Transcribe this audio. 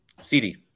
CD